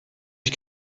ich